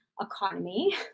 economy